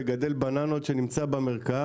מגדל בננות שנמצא במרכז,